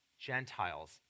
Gentiles